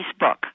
Facebook